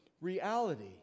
reality